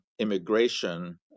immigration